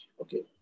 okay